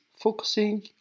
focusing